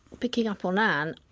picking up on anne,